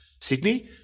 Sydney